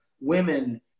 women